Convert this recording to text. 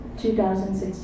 2016